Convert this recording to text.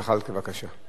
הכנסת זחאלקה, בבקשה.